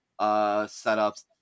setups